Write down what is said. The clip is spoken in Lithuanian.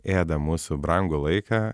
ėda mūsų brangų laiką